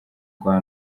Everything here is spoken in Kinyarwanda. rwa